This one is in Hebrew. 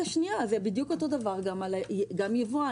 בדיוק אותו הדבר גם לגבי יבואן.